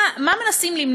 ומה הם עושים בבית-הכנסת.